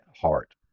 heart